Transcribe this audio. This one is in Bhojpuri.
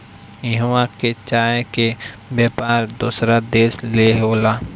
इहवां के चाय के व्यापार दोसर देश ले होला